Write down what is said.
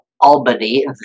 Albany